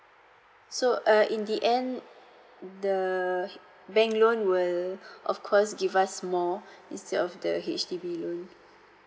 so uh in the end the bank loan will of course give us more instead of the H_D_B loan